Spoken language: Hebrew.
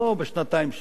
לא בשנתיים,